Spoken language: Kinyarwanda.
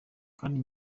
kandi